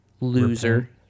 loser